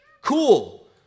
Cool